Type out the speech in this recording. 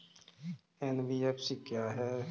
NBFC क्या है?